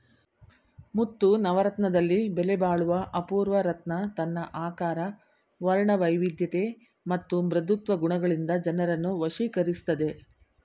ಮುತ್ತು ನವರತ್ನದಲ್ಲಿ ಬೆಲೆಬಾಳುವ ಅಪೂರ್ವ ರತ್ನ ತನ್ನ ಆಕಾರ ವರ್ಣವೈವಿಧ್ಯತೆ ಮತ್ತು ಮೃದುತ್ವ ಗುಣಗಳಿಂದ ಜನರನ್ನು ವಶೀಕರಿಸ್ತದೆ